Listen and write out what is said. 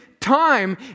Time